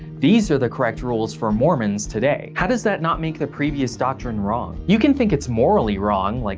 these are the correct rules for mormons today. how does that not make the previous doctrine wrong? you can think it's morally wrong, like